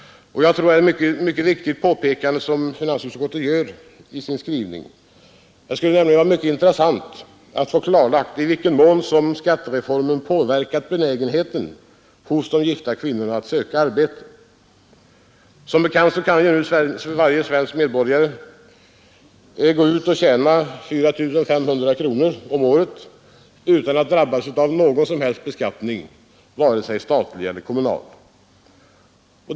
Jag tror att det är ett mycket viktigt påpekande som finansutskottet där gör i sin skrivning. Men dessutom skulle det vara mycket intressant att få klarlagt i vilken mån skattereformen har påverkat benägenheten hos gifta kvinnor att söka arbete. Som bekant kan nu varje svensk medborgare tjäna 4 500 kronor om året utan att drabbas av någon som helst beskattning vare sig till stat eller kommun.